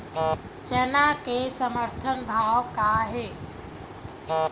चना के समर्थन भाव का हे?